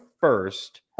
first